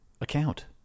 account